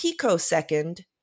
picosecond